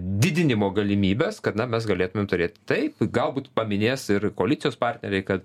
didinimo galimybes kada mes galėtumėm turėt taip galbūt paminės ir koalicijos partneriai kad